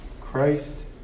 Christ